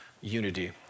unity